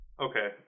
Okay